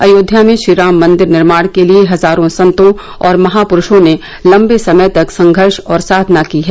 अयोध्या में श्रीराम मंदिर निर्माण के लिए हजारों संतों और महापुरूषों ने लंबे समय तक संघर्ष और साधना की है